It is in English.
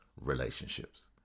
relationships